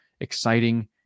exciting